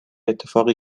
اتفاقی